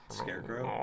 scarecrow